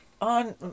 On